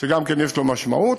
שיש לו משמעות,